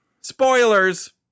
Spoilers